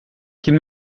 qu’il